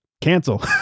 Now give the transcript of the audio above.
cancel